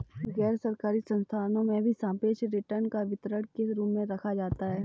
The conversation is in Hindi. गैरसरकारी संस्थाओं में भी सापेक्ष रिटर्न को वितरण के रूप में रखा जाता है